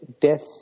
death